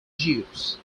jews